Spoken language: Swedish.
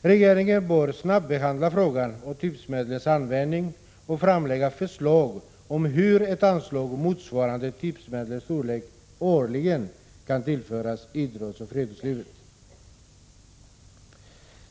Regeringen bör snabbehandla frågan om tipsmedlens användning och framlägga förslag om hur ett anslag motsvarande tipsmedlens storlek årligen kan tillföras idrottsoch föreningslivet.